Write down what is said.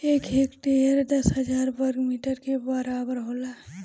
एक हेक्टेयर दस हजार वर्ग मीटर के बराबर होला